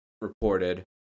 reported